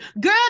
girl